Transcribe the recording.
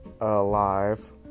alive